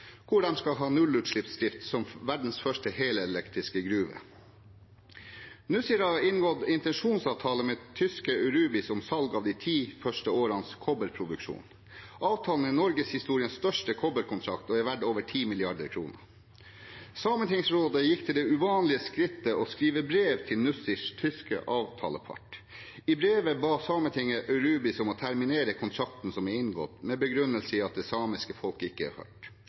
skal ha nullutslippsdrift som verdens første helelektriske gruve. Nussir har inngått intensjonsavtale med tyske Aurubis om salg av de ti første årenes kobberproduksjon. Avtalen er norgeshistoriens største kobberkontrakt og er verdt over 10 mrd. kr. Sametingsrådet gikk til det uvanlige skrittet å skrive brev til Nussirs tyske avtalepart. I brevet ba Sametinget Aurubis om å terminere kontrakten som er inngått, med begrunnelsen at det samiske folk ikke er hørt.